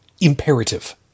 Imperative